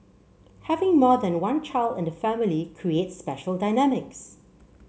having more than one child in the family creates special dynamics